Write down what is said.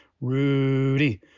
Rudy